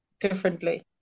differently